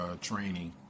training